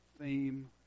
theme